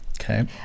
Okay